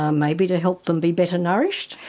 um maybe to help them be better nourished.